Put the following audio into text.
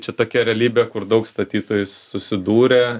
čia tokia realybė kur daug statytojų susidūrė